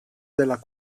della